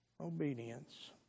Obedience